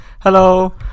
Hello